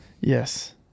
Yes